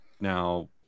now